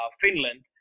Finland